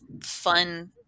fun